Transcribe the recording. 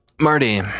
Marty